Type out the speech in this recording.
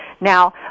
Now